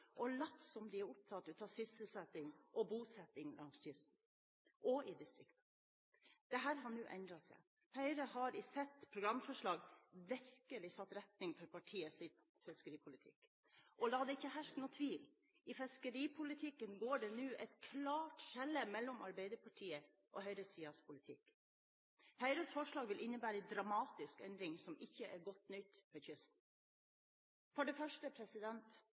og latt som om de er opptatt av sysselsetting og bosetting langs kysten og i distriktene. Dette har nå endret seg. Høyre har i sitt programforslag virkelig satt retning for partiets fiskeripolitikk. Og la det ikke herske noen tvil: I fiskeripolitikken går det nå et klart skille mellom Arbeiderpartiets og høyresidens politikk. Høyres forslag vil innebære en dramatisk endring, som ikke er godt nytt for kysten. For det første